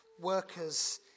workers